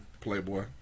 playboy